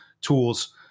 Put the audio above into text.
tools